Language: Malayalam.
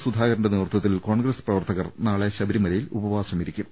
സുധാകരന്റെ നേതൃത്വത്തിൽ കോൺഗ്രസ് പ്രവർത്തകർ നാളെ ശബരിമലയിൽ ഉപവാസമിരിക്കും